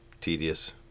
tedious